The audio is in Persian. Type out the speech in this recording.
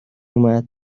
اومد